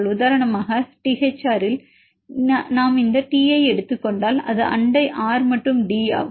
உதாரணமாக இந்த Thr இல் நாம் இந்த T ஐ எடுத்துக் கொண்டால் அது அண்டை R மற்றும் D ஆகும்